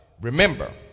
remember